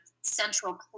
central